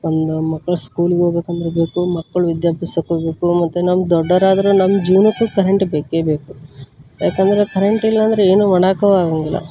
ಒಂದು ಮಕ್ಕಳು ಸ್ಕೂಲಿಗೆ ಹೋಗ್ಬೇಕಂದ್ರ್ ಬೇಕು ಮಕ್ಳು ವಿದ್ಯಾಭ್ಯಾಸಕ್ಕು ಬೇಕು ಮತ್ತು ನಮ್ದು ದೊಡ್ಡವ್ರಾದರೂ ನಮ್ಮ ಜೀವನಕ್ಕೂ ಕರೆಂಟ್ ಬೇಕೇ ಬೇಕು ಯಾಕಂದರೆ ಕರೆಂಟಿಲ್ಲ ಅಂದರೆ ಏನು ಮಾಡಕ್ಕೂ ಆಗಂಗಿಲ್ಲ